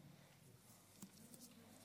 כבוד היושבת-ראש, שרים,